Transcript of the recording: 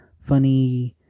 funny